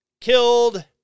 killed